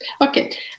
Okay